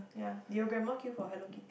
ya did your grandma queue for Hello-Kitty